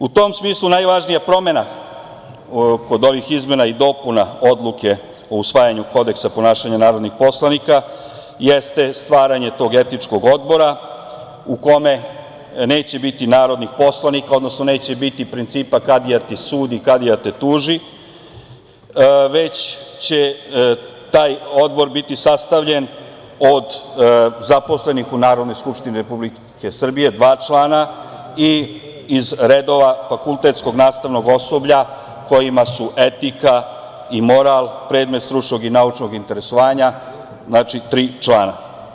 U tom smislu najvažnija promena kod ovih izmena i dopuna Odluke o usvajanju Kodeksa ponašanja narodnih poslanika jeste stvaranje tog etičkog odbora u kome neće biti narodnih poslanika, odnosno neće biti principa – kadija ti sudi, kadija te tuži, već će taj odbor biti sastavljen od zaposlenih u Narodnoj skupštini Republike Srbije, dva člana, i iz redova fakultetskog nastavnog osoblja kojima su etika i moral predmet stručnog i naučnog interesovanja, znači tri člana.